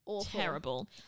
terrible